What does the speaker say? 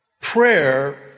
Prayer